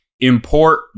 import